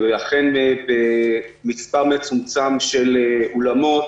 ואכן במספר מצומצם של אולמות